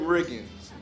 Riggins